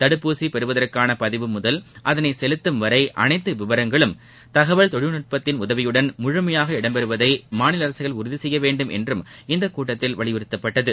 தடுப்பூசி பெறுவதற்கான பதிவு முதல் அதனை செலுத்தும் வரை அனைத்து விவரங்களும் தகவல் தொழில்நுட்பத்தின் உதவியுடன் முழுமையாக இடம்பெறுவதை மாநில அரசுகள் உறுதி செய்ய வேண்டும் என்றும் இந்தக் கூட்டத்தில் வலியுறுத்தப்பட்டது